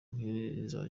nk’iza